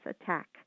attack